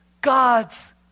God's